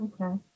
Okay